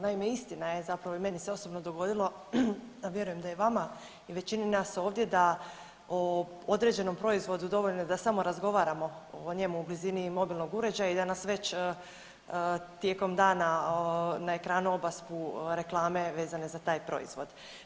Naime, istina je i meni se osobno dogodilo, a vjerujem da i vama i većini nas ovdje da o određenom proizvodu dovoljno je da samo o njemu razgovaramo o njemu o blizini mobilnog uređaja i da nas već tijekom dana na ekranu obaspu reklame vezane za taj proizvod.